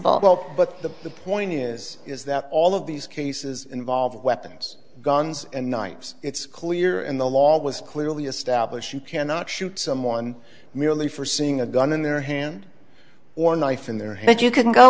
principle but the point is is that all of these cases involve weapons guns and knives it's clear in the law was clearly established you cannot shoot someone merely for seeing a gun in their hand or a knife in their head you can go